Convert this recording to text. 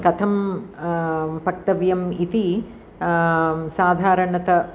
कथं पक्तव्यम् इति साधारणतः